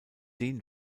den